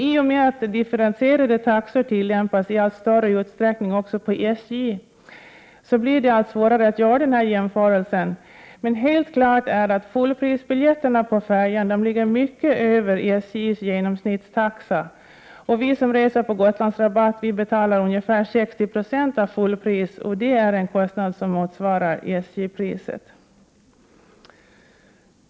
I och med att differentierade taxor tillämpas i allt större utsträckning, också på SJ, blir det allt svårare att göra denna jämförelse. Men helt klart är att taxan för fullprisbiljetterna på färjan ligger mycket över SJ:s genomsnittstaxa. Vi som reser på Gotlandsrabatt betalar nu ungefär 60 96 av fullpris, och det är en kostnad som motsvarar SJ-priset.